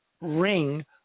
ring